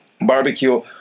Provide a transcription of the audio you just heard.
barbecue